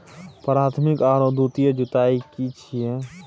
प्राथमिक आरो द्वितीयक जुताई की छिये?